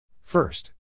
first